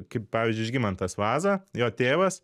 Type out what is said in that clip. kaip pavyzdžiui žygimantas vaza jo tėvas